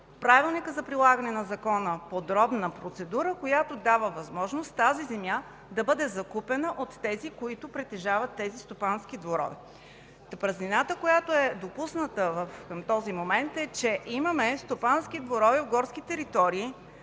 Правилника за прилагането му е разписана подробна процедура, която дава възможност тази земя да бъде закупена от тези, които притежават стопанските дворове. Празнината, която е допусната в този момент, е, че имаме стопански дворове в горски територии,